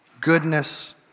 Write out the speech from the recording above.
goodness